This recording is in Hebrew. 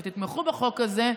אם תתמכו בחוק הזה,